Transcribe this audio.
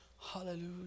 Hallelujah